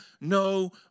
no